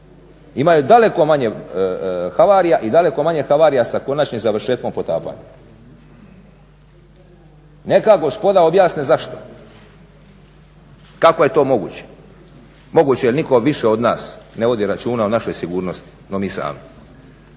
imaju daleko manje havarija i daleko manje havarija sa konačnim završetkom potapanja. Neka gospoda objasne zašto? Kako je to moguće? Moguće je jer nitko više od nas ne vodi računa o našoj sigurnosti no mi sami.